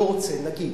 לא רוצה, נגיד,